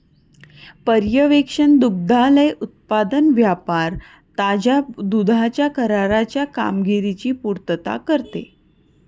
पर्यवेक्षण दुग्धालय उत्पादन व्यापार ताज्या दुधाच्या कराराच्या कामगिरीची पुर्तता करते